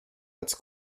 als